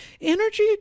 Energy